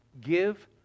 give